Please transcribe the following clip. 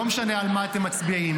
לא משנה על מה אתם מצביעים,